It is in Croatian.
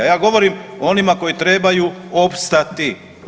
Ja govorim o onima koji trebaju opstati.